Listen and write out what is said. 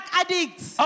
addicts